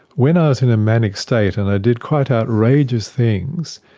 when i was in a manic state and i did quite outrageous things,